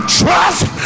trust